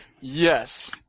Yes